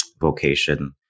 vocation